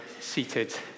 seated